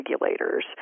regulators